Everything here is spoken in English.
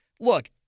Look